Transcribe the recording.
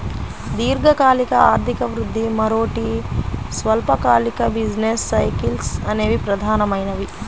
దీర్ఘకాలిక ఆర్థిక వృద్ధి, మరోటి స్వల్పకాలిక బిజినెస్ సైకిల్స్ అనేవి ప్రధానమైనవి